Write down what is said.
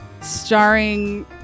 starring